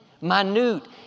minute